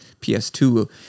PS2